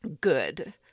good